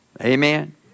Amen